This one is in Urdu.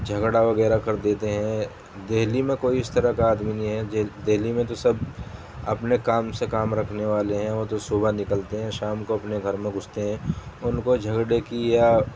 جھگڑا وغیرہ کر دیتے ہیں دہلی میں کوئی اس طرح کا آدمی نہیں ہے دہلی میں تو سب اپنے کام سے کام رکھنے والے ہیں وہ تو صبح نکلتے ہیں شام کو اپنے گھر میں گھستے ہیں ان کو جھگڑے کی یا